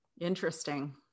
interesting